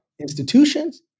institutions